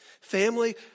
Family